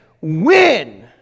Win